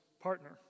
partner